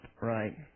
Right